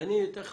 אני אתן לך